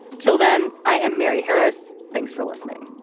till then i am mary harris. thanks for listening